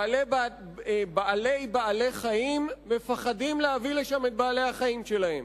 בעלי בעלי-חיים מפחדים להביא לשם את בעלי-החיים שלהם.